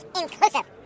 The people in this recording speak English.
inclusive